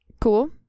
cool